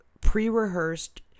pre-rehearsed